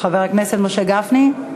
חבר הכנסת משה גפני?